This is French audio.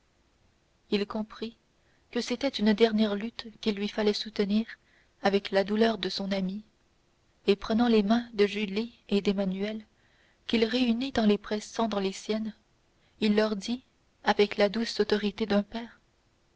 il comprit que c'était une dernière lutte qu'il lui fallait soutenir avec la douleur de son ami et prenant les mains de julie et d'emmanuel qu'il réunit en les pressant dans les siennes il leur dit avec la douce autorité d'un père